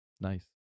Nice